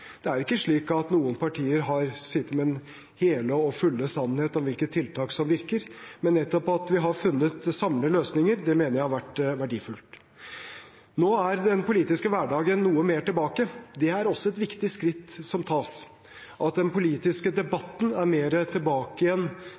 Det er ikke slik at noen partier har sittet med den hele og fulle sannhet om hvilke tiltak som virker, men nettopp at vi har funnet samlende løsninger, mener jeg har vært verdifullt. Nå er den politiske hverdagen noe mer tilbake. Det er også et viktig skritt som tas, at den politiske debatten er mer tilbake